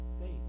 faith